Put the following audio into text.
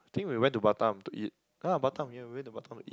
I think we went to Batam to eat yeah Batam yeah we went to Batam to eat